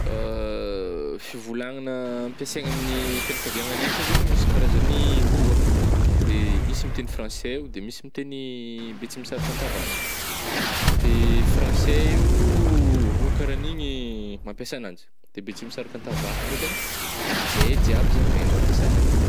Fivolagnana ampisaigna amin'ny fianakaviagnanay ka zany misy karazany roa de misy mitegny fransay oh de misy mitegny betsimisaraka tavaratra, de fransay io roa karaha an'igny mampiasa agn'anjy de betsimisaraka tavaratra ndraikagny zahay jiaby zany mahay mampiasa agnanjy.